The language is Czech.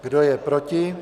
Kdo je proti?